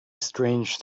strange